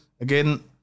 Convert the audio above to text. again